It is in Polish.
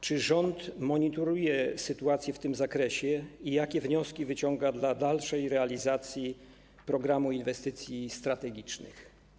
Czy rząd monitoruje sytuację w tym zakresie i jakie wnioski wyciąga dla dalszej realizacji Programu Inwestycji Strategicznych?